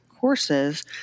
courses